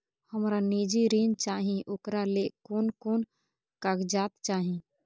हमरा निजी ऋण चाही ओकरा ले कोन कोन कागजात चाही?